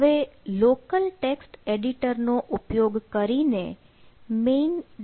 હવે local text editor નો ઉપયોગ કરીને main